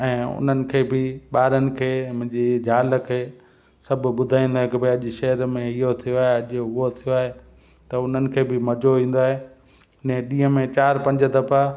ऐं उन्हनि खे बि ॿारनि खे मुंहिंजी ज़ाल खे सभु ॿुधाईंदो आहियां की भई अॼु शहर में इहो थियो आहे अॼु उहा थियो आहे त उन्हनि खे बि मज़ो ईंदो आहे ऐं ॾींहं में चारि पंज दफ़ा